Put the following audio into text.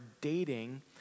dating